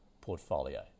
portfolio